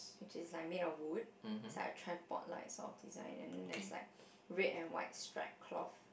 which is like made of wood it's like a tripod lah sort of design and then there's like red and white stripe cloth